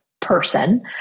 Person